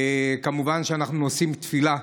כמובן, אנחנו נושאים תפילה.